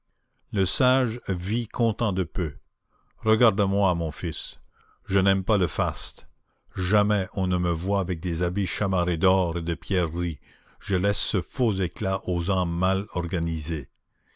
le sage vit content de peu regarde-moi mon fils je n'aime pas le faste jamais on ne me voit avec des habits chamarrés d'or et de pierreries je laisse ce faux éclat aux âmes mal organisées